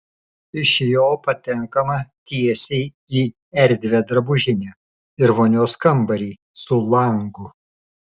iš jo patenkama tiesiai į erdvią drabužinę ir vonios kambarį su langu